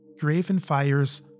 Gravenfire's